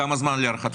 כמה זמן להערכתך?